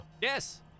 Yes